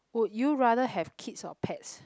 would you rather have kids or pets